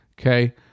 okay